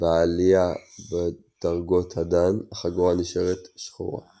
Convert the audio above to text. בעליה בדרגות הדאן, החגורה נשארת שחורה.